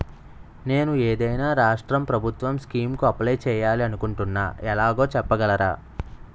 నేను ఏదైనా రాష్ట్రం ప్రభుత్వం స్కీం కు అప్లై చేయాలి అనుకుంటున్నా ఎలాగో చెప్పగలరా?